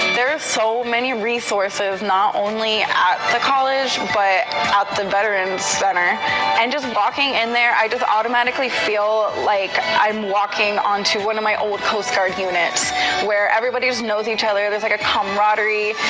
there are so many resources, not only at the college, but out the veterans center and just walking in there, i just automatically feel like i'm walking onto one of my old coast guard units where everybody knows each other, there's like a comradery.